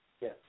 Yes